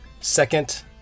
Second